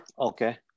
Okay